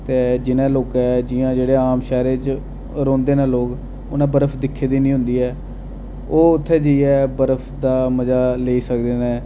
ते जि'नें लोकें जि'यां जेह्ड़े आम शैह्रें च रौंह्दे न लोक उ'नें बर्फ दिक्खी दी निं होंदी ओह् उत्थै जाइयै बर्फ दा मजा लेई सकदे न